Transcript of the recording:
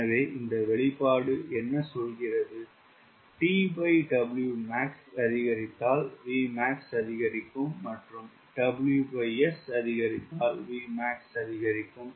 எனவே இந்த வெளிப்பாடு என்ன சொல்கிறது TW Max அதிகரித்தால் Vmax அதிகரிக்கும் மற்றும் WS அதிகரித்தால் Vmax அதிகரிக்கும்